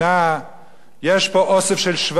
יש פה אוסף של שבטים ועמים,